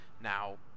Now